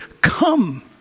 Come